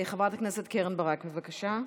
חברת הכנסת קרן ברק, בבקשה.